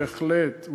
בהחלט,